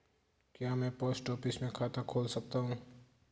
क्या मैं post office में खाता खोल सकता हूँ?